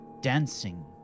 dancing